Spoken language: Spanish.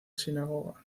sinagoga